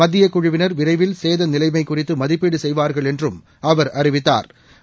மத்தியக்குழுவினா் விரைவில் சேத நிலைமை குறித்து மதிப்பீடு செய்வாா்கள் என்றும் அவா் அறிவித்தாா்